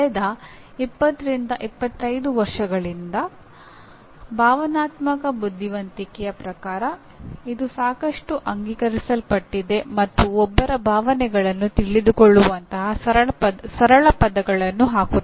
ಕಳೆದ 20 25 ವರ್ಷಗಳಿಂದ ಭಾವನಾತ್ಮಕ ಬುದ್ಧಿವಂತಿಕೆಯ ಪ್ರಕಾರ ಇದು ಸಾಕಷ್ಟು ಅಂಗೀಕರಿಸಲ್ಪಟ್ಟಿದೆ ಮತ್ತು ಒಬ್ಬರ ಭಾವನೆಗಳನ್ನು ತಿಳಿದುಕೊಳ್ಳುವಂತಹ ಸರಳ ಪದಗಳನ್ನು ಹಾಕುತ್ತದೆ